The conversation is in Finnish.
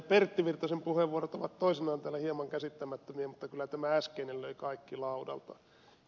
pertti virtasen puheenvuorot ovat toisinaan täällä hieman käsittämättömiä mutta kyllä tämä äskeinen löi kaikki laudalta